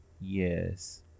yes